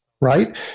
right